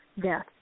death